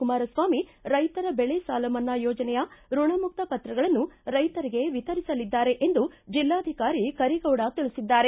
ಕುಮಾರಸ್ವಾಮಿ ರೈತರ ಬೆಳೆ ಸಾಲ ಮನ್ನಾ ಯೋಜನೆಯ ಋಣಮುಕ್ತ ಪತ್ರಗಳನ್ನು ರೈತರಿಗೆ ವಿತರಿಸಲಿದ್ದಾರೆ ಎಂದು ಜಿಲ್ಲಾಧಿಕಾರಿ ಕರೀಗೌಡ ತಿಳಿಸಿದ್ದಾರೆ